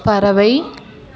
பறவை